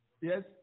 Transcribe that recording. yes